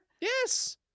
Yes